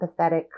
empathetic